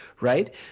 right